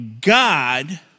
God